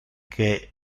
que